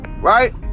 Right